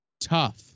tough